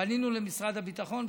פנינו למשרד הביטחון,